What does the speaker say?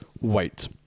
Wait